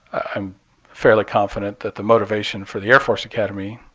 i'm fairly confident that the motivation for the air force academy,